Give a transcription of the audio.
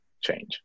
change